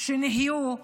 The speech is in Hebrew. כשמגיעים לתיכון.